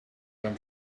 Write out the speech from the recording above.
them